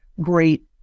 great